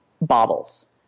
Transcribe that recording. bottles